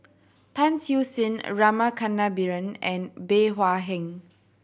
Tan Siew Sin Rama Kannabiran and Bey Hua Heng